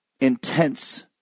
intense